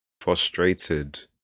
frustrated